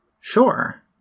Sure